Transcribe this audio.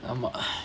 um